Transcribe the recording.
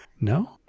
No